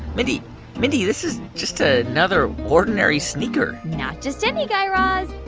mindy mindy, this is just ah another ordinary sneaker not just any, guy raz.